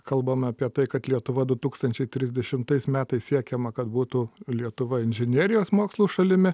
kalbama apie tai kad lietuva du tūkstančiai trisdešimtais metais siekiama kad būtų lietuva inžinerijos mokslo šalimi